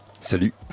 salut